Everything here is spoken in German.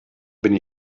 bin